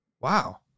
Wow